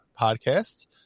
podcasts